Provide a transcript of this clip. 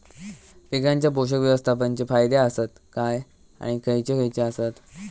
पीकांच्या पोषक व्यवस्थापन चे फायदे आसत काय आणि खैयचे खैयचे आसत?